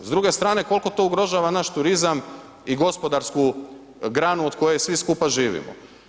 S druge strane koliko to ugrožava naš turizam i gospodarsku granu od koje svi skupa živimo.